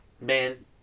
Man